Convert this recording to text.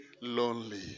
lonely